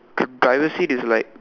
the driver seat is like